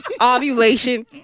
Ovulation